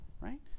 right